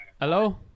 hello